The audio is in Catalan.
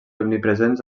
omnipresents